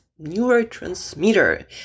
neurotransmitter